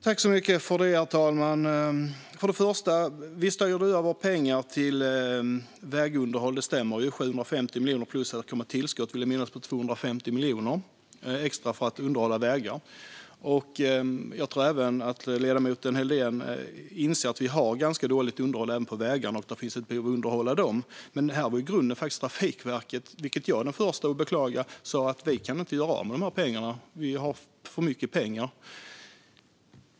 Herr talman! Det stämmer att vi styrde över pengar till vägunderhåll. Det rörde sig om 750 miljoner och ett tillskott på 250 miljoner, vill jag minnas, för att underhålla vägar. Jag tror att även ledamoten Helldén inser att vi har ganska dåligt underhåll också av vägarna och att det finns ett behov av att underhålla dem. Här var dock grunden att Trafikverket sa, vilket jag är den förste att beklaga, att man inte kunde göra av med pengarna - man hade för mycket pengar.